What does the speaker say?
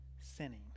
sinning